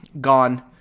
gone